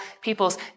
peoples